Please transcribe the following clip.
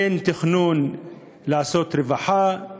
אין תכנון לעשות רווחה,